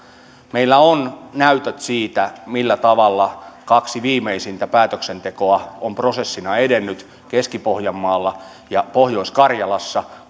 meillä on näytöt siitä millä tavalla kaksi viimeisintä päätöksentekoa on prosessina edennyt keski pohjanmaalla ja pohjois karjalassa